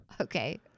Okay